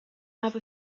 have